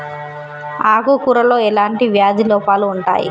ఆకు కూరలో ఎలాంటి వ్యాధి లోపాలు ఉంటాయి?